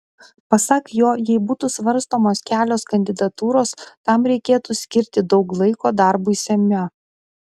pasak jo jei būtų svarstomos kelios kandidatūros tam reikėtų skirti daug laiko darbui seime